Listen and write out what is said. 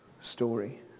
story